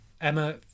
Emma